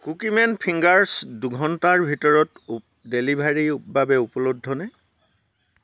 Kuki man fingers দুঘণ্টাৰ ভিতৰত ডেলিভাৰীৰ বাবে উপলব্ধ নে